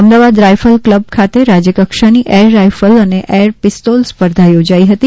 Ahmedabad rifle club ખાતે રાજ્યકક્ષાની air rifle અને એર પિસ્તોલ સ્પર્ધા યોજાઈ હતી